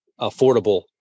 affordable